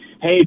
hey